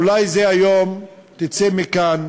אולי זה היום יצא מכאן